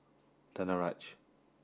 Danaraj